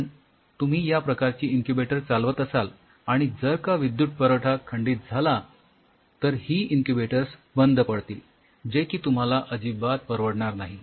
कारण तुम्ही या प्रकारची इन्क्युबेटर्स चालवत असाल आणि जर का विद्युत पुरवठा खंडित झाला तर ही इन्क्युबेटर्स बंद पडतील जे की तुम्हाला अजिबात परवडणार नाही